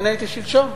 אני הייתי שלשום,